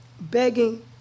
begging